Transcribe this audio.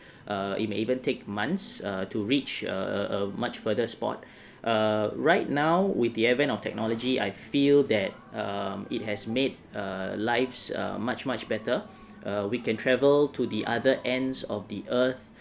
err it may even take months err to reach a err much further spot err right now with the advent of technology I feel that um it has made err lives err much much better err we can travel to the other ends of the earth